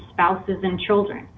spouses and children